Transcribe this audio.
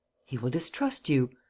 he will distrust you.